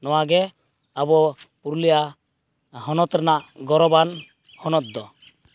ᱱᱚᱣᱟᱜᱮ ᱟᱵᱚ ᱯᱩᱨᱩᱞᱤᱭᱟᱹ ᱦᱚᱱᱚᱛ ᱨᱮᱱᱟᱜ ᱜᱚᱨᱚᱵᱟᱱ ᱦᱚᱱᱚᱛᱫᱚ